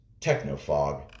Technofog